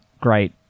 great